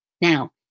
Now